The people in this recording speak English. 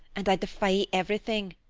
and i defy everything.